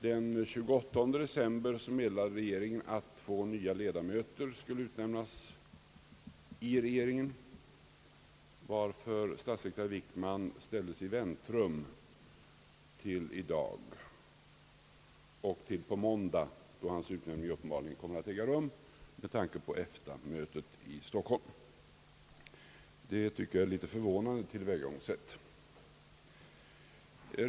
Den 28 december meddelade regeringen att två nya ledamöter skulle utnämnas i regeringen, varför statssekreterare Wickman ställdes i väntrum till i dag, ja, till på måndag då hans utnämning uppenbarligen kommer att äga rum med tanke på EFTA-mötet i Stockholm. Det tycker jag är ett förvånande tillvägagångssätt.